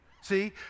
See